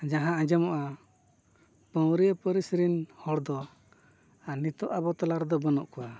ᱡᱟᱦᱟᱸ ᱟᱸᱡᱚᱢᱚᱜᱼᱟ ᱯᱟᱹᱣᱨᱤᱭᱟᱹ ᱯᱟᱹᱨᱤᱥ ᱨᱮᱱ ᱦᱚᱲ ᱫᱚ ᱱᱤᱛᱳᱜ ᱟᱵᱚ ᱛᱚᱞᱟ ᱨᱮᱫᱚ ᱵᱟᱹᱱᱩᱜ ᱠᱚᱣᱟ